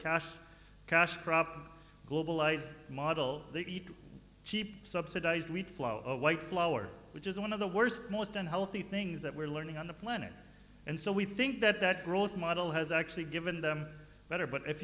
cash cash crop globalized model they eat cheap subsidized wheat flour or white flour which is one of the worst most unhealthy things that we're learning on the planet and so we think that that growth model has actually given them better but if